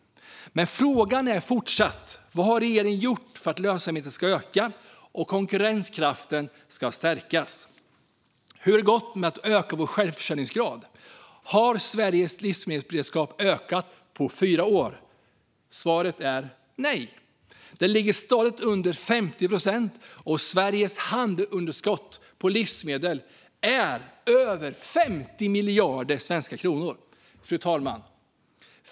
Men frågan är fortfarande vad regeringen har gjort för att lönsamheten ska öka och konkurrenskraften stärkas. Hur har det gått med att öka vår självförsörjningsgrad? Har Sveriges livsmedelsberedskap ökat på fyra år? Svaret är nej. Den ligger stadigt under 50 procent, och Sveriges handelsunderskott på livsmedel är över 50 miljarder svenska kronor. Fru talman!